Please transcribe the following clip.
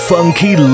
Funky